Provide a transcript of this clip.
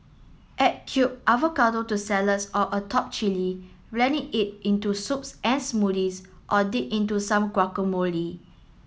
add cubed avocado to salads or atop chilli blend it into soups and smoothies or dip into some guacamole